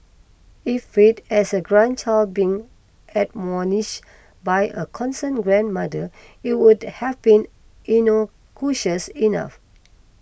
if read as a grandchild being admonish by a concerned grandmother it would have been innocuous enough